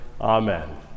Amen